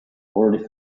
already